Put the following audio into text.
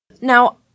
Now